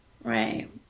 Right